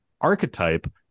archetype